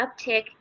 uptick